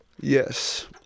Yes